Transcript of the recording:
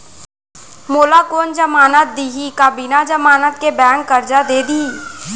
मोला कोन जमानत देहि का बिना जमानत के बैंक करजा दे दिही?